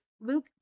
Luke